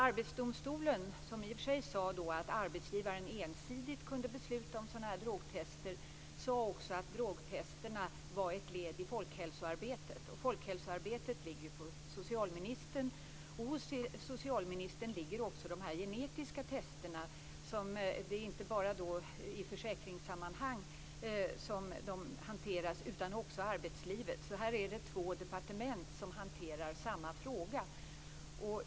Arbetsdomstolen, som i och för sig sade att arbetsgivaren ensidigt kunde besluta om drogtest, sade också att drogtesten var ett led i folkhälsoarbetet, och folkhälsoarbetet ligger på socialministern. Hos socialministern ligger också de genetiska testen, som inte enbart hanteras i försäkringssammanhang utan också i arbetslivet. Här är det två departement som hanterar samma fråga.